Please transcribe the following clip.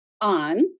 on